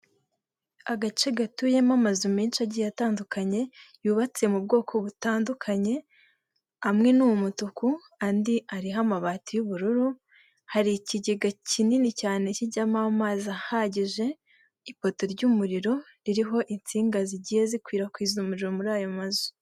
Agace gatuyemo amazu menshi agiye atandukanye, yubatse mu bwoko butandukanye, amwe ni umutuku, andi ariho amabati y'ubururu, hari ikigega kinini cyane kijyamo amazi ahagije, ipoto ry'umuriro ririho insinga zigiye zikwirakwiza umuriro muri ayo mazu.